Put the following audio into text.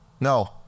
No